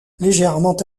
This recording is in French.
légèrement